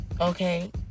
Okay